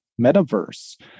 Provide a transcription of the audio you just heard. metaverse